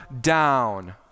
down